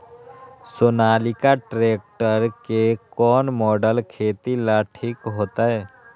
Sonalika tractor के कौन model खेती ला ठीक होतै?